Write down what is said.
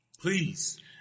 Please